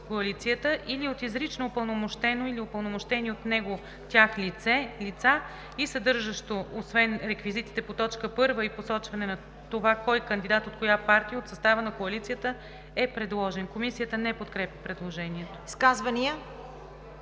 коалицията или от изрично упълномощено/и от него/тях лице/а и съдържащо, освен реквизитите по т. 1, и посочване на това кой кандидат от коя партия от състава на коалицията е предложен;“. Комисията не подкрепя предложението. ПРЕДСЕДАТЕЛ